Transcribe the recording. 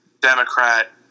Democrat